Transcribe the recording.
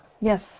Yes